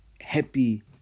happy